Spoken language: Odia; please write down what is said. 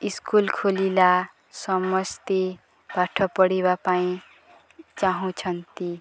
ସ୍କୁଲ ଖୋଲିଲା ସମସ୍ତେ ପାଠ ପଢ଼ିବା ପାଇଁ ଚାହୁଁଛନ୍ତି